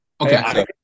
Okay